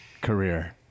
Career